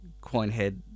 Coinhead